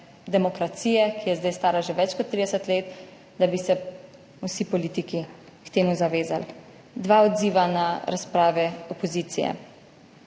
demokracije, ki je zdaj stara že več kot 30 let, da bi se vsi politiki temu zavezali. Dva odziva na razprave opozicije.